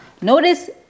Notice